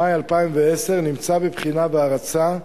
במאי 2010, נמצא בבחינה והרצה.